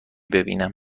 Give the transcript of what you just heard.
ببینم